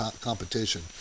competition